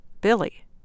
Billy